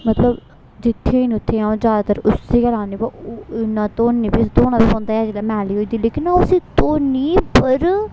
मतलब जित्थे नी उत्थे आ'ऊं ज्यादातर उसी गै लान्नी बा इ'न्ना धोनी फ्ही उसी धोना ते पौंदा गै जेल्लै मैली होई जंदी लेकिन ओह् उसी धोन्नी पर